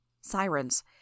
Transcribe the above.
Sirens